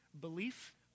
Belief